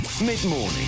Mid-morning